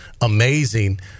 amazing